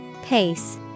Pace